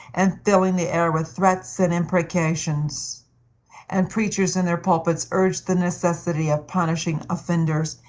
and filling the air with threats and imprecations and preachers in their pulpits urged the necessity of punishing offenders,